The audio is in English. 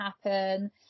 happen